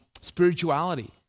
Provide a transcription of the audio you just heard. spirituality